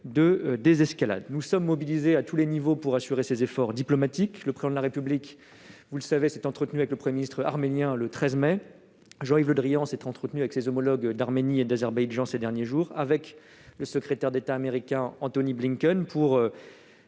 de désescalade. Nous sommes mobilisés à tous les niveaux pour assurer ces efforts diplomatiques. Le Président de la République s'est entretenu avec le Premier ministre arménien le 13 mai. Jean-Yves Le Drian s'est entretenu avec ses homologues d'Arménie et d'Azerbaïdjan ces derniers jours, avec le secrétaire d'État américain Antony Blinken, pour